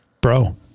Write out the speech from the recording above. Bro